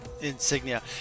insignia